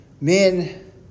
men